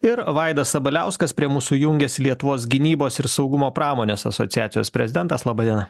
ir vaidas sabaliauskas prie mūsų jungiasi lietuvos gynybos ir saugumo pramonės asociacijos prezidentas laba diena